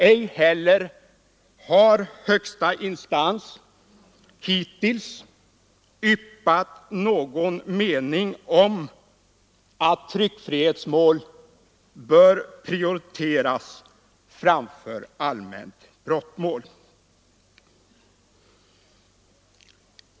Ej heller har högsta instans hittills yppat någon mening innebärande att tryckfrihetsmål bör prioriteras framför allmänt brottmål.